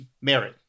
Mary